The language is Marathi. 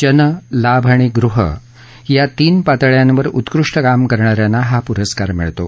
जन लाभ आणि गृह या तीन पातळयांवर उत्कृष्ट काम करणाऱ्यांना हा पुरस्कार मिळतो